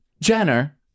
Jenner